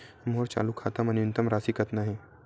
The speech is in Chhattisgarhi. मोर चालू खाता मा न्यूनतम राशि कतना हे?